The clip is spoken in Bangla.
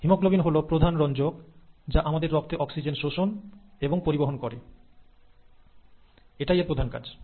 হিমোগ্লোবিন হল প্রধান রঞ্জক যা আমাদের রক্তে অক্সিজেন শোষণ এবং পরিবহন করে এটাই এর প্রধান কাজ